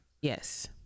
yes